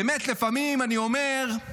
באמת לפעמים אני אומר,